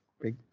big